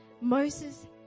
Moses